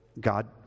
God